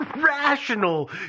rational